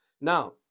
Now